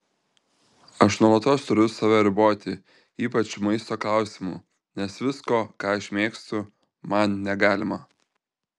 aš nuolatos turiu save riboti ypač maisto klausimu nes visko ką aš mėgstu man negalima